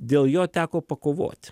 dėl jo teko pakovoti